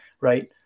right